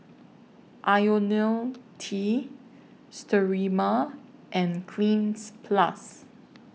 Ionil T Sterimar and Cleanz Plus